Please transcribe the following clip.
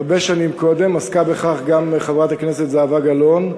הרבה שנים קודם עסקה בכך גם חברת הכנסת זהבה גלאון,